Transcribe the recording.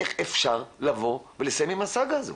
איך אפשר לבוא ולסיים עם הסאגה הזו.